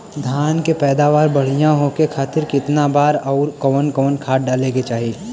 धान के पैदावार बढ़िया होखे खाती कितना बार अउर कवन कवन खाद डाले के चाही?